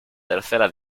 tercera